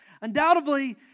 Undoubtedly